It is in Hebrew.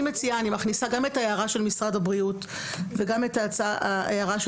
אני מכניסה גם את ההערה של משרד הבריאות וגם את ההערה של